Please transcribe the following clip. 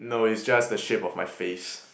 no it's just the shape of my face